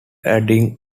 adding